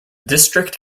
district